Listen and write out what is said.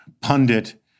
pundit